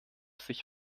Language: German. sich